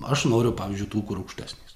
aš noriu pavyzdžiui tų kur rūgštesnės